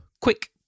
quick